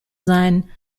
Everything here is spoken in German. sein